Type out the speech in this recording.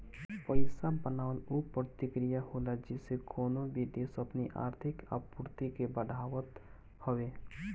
पईसा बनावल उ प्रक्रिया होला जेसे कवनो भी देस अपनी आर्थिक आपूर्ति के बढ़ावत हवे